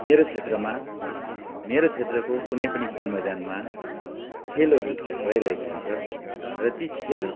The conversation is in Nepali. मेरो क्षेत्रमा मेरो क्षेत्रको कुनै पनि खेल मैदानमा खेलहरू भइरहेको हुन्छ र ती खेल